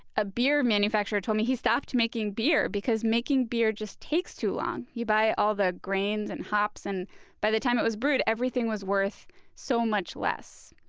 a beer manufacturer told me he stopped making beer because making beer just takes too long. you buy all the grains and hops, and by the time it was brewed, everything was worth so much less.